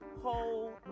whole